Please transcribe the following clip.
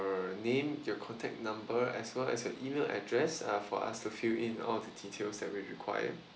name your contact number as well as your email address uh for us to fill in all the details that we require